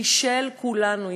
היא של כולנו.